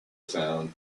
found